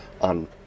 on